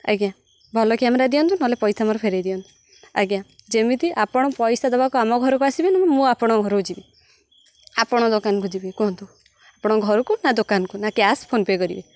ଆଜ୍ଞା ଭଲ କ୍ୟାମେରା ଦିଅନ୍ତୁ ନହେଲେ ପଇସା ମୋର ଫେରାଇ ଦିଅନ୍ତୁ ଆଜ୍ଞା ଯେମିତି ଆପଣ ପଇସା ଦବାକୁ ଆମ ଘରକୁ ଆସିବେ ନା ମୁଁ ଆପଣଙ୍କ ଘରକୁ ଯିବି ଆପଣଙ୍କ ଦୋକାନକୁ ଯିବି କୁହନ୍ତୁ ଆପଣଙ୍କ ଘରକୁ ନା ଦୋକାନକୁ ନା କ୍ୟାସ୍ ଫୋନ୍ପେ କରିବେ